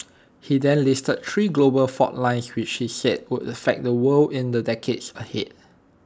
he then listed three global fault lines which he said would affect the world in the decades ahead